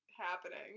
happening